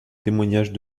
témoignages